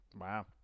Wow